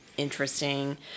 interesting